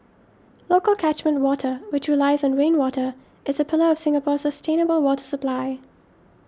local catchment water which relies on rainwater is a pillar of Singapore's sustainable water supply